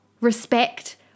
respect